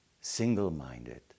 single-minded